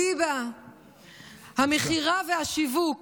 אליבא דהמכירה והשיווק,